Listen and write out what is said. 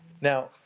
Now